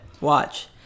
Watch